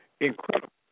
incredible